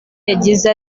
yagize